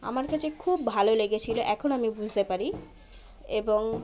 আমার কাছে খুব ভালো লেগেছিল এখন আমি বুঝতে পারি এবং